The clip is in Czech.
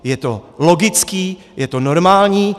Je to logický, je to normální.